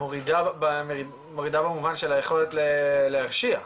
מורידה במובן של היכולת להרשיע.